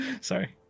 Sorry